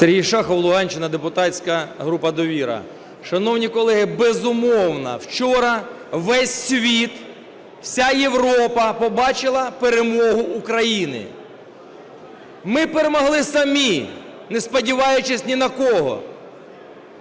Сергій Шахов, Луганщина, депутатська група "Довіра". Шановні колеги, безумовно, вчора весь світ, вся Європа побачила перемогу України. Ми перемогли самі, не сподіваючись ні на кого.